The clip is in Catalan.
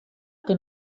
que